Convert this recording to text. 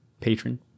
patron